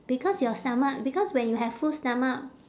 because your stomach because when you have full stomach